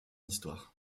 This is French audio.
histoire